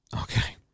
Okay